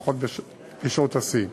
לפחות בשעות השיא.